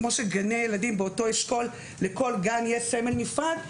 כמו שגני ילדים נמצאים באותו אשכול ולכל גן יש סמל נפרד.